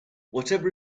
whatever